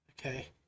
Okay